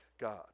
God